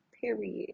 period